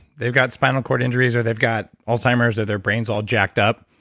they've got spinal cord injuries or they've got alzheimer's or their brains all jacked up,